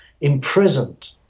imprisoned